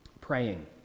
praying